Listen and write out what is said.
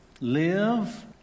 live